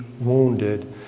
wounded